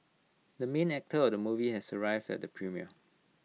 the main actor of the movie has arrived at the premiere